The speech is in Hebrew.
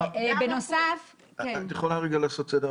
את יכולה לעשות סדר?